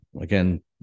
Again